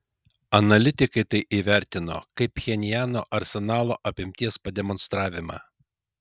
analitikai tai įvertino kaip pchenjano arsenalo apimties pademonstravimą